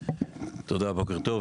בוקר טוב.